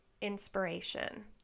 inspiration